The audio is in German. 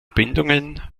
bindungen